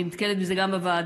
אני נתקלת בזה גם בוועדות,